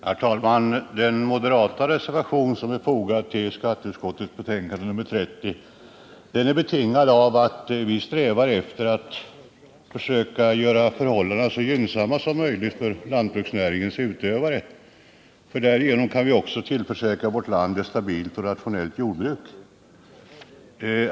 Herr talman! Den m-reservation som är fogad till skatteutskottets betänkande nr 30 är betingad av att vi strävar efter att försöka göra förhållandena så gynnsamma som möjligt för lantbruksnäringens utövare. Därigenom kan vi också tillförsäkra vårt land ett stabilt och rationellt jordbruk.